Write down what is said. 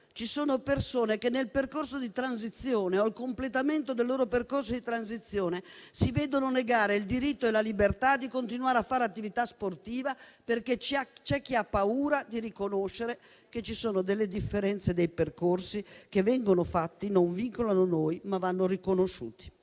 ci sono persone che, nel percorso di transizione o al completamento del loro percorso di transizione, si vedono negare il diritto e la libertà di continuare a fare attività sportiva, perché c'è chi ha paura di riconoscere che ci sono delle differenze nei percorsi che vengono fatti, che non vincolano noi, ma che vanno riconosciuti.